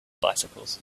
bicycles